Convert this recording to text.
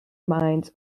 mines